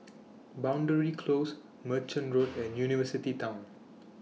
Boundary Close Merchant Road and University Town